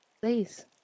Please